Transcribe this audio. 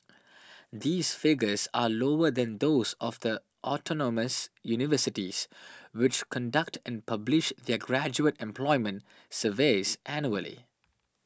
these figures are lower than those of the autonomous universities which conduct and publish their graduate employment surveys annually